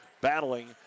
battling